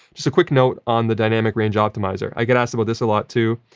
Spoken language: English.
just a quick note on the dynamic range optimizer. i get asked about this a lot too.